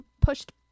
pushed